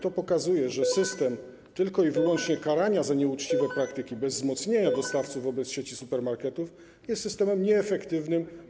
To pokazuje, że system tylko i wyłącznie karania za nieuczciwe praktyki bez wzmocnienia pozycji dostawców wobec sieci supermarketów jest systemem nieefektywnym.